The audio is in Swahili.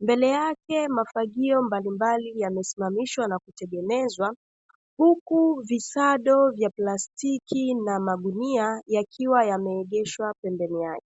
mbele yake mafagio mbalimbali yamesimamishwa na kutegemezwa, huku visado vya plastiki na magunia yakiwa yameegeshwa pembeni yake.